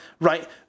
Right